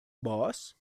boss